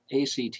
ACT